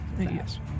Yes